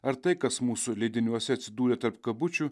ar tai kas mūsų leidiniuose atsidūrė tarp kabučių